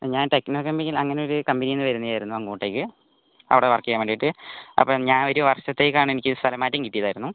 ആ ഞാൻ techno chemical അങ്ങനെ ഒരു കമ്പനിയിൽ നിന്ന് വരുന്നതായിരുന്നു അങ്ങോട്ടേക്ക് അവിടെ വർക്ക് ചെയ്യാൻ വേണ്ടിയിട്ട് അപ്പം ഞാൻ ഒരു വർഷത്തേക്ക് ആണ് എനിക്ക് സ്ഥലം മാറ്റം കിട്ടിയത് ആയിരുന്നു